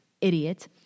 idiot